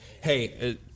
hey